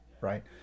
right